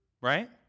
right